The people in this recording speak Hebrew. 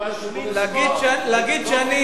עוברים לנושא הבא.